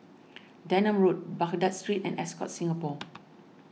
Denham Road Baghdad Street and Ascott Singapore